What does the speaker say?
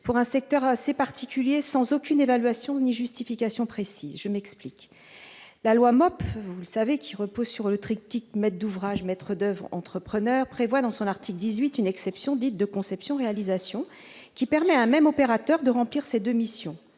d'un secteur bien particulier, sans aucune évaluation ni justification précise. La loi MOP, qui repose sur le triptyque maître d'ouvrage-maître d'oeuvre-entrepreneur, prévoit, à son article 18, une exception dite de « conception-réalisation », permettant à un même opérateur de remplir ces deux missions.